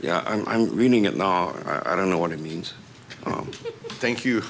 yeah i'm reading it now i don't know what it means oh thank you